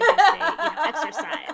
exercise